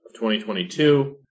2022